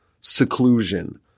seclusion